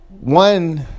one